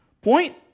point